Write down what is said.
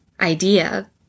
idea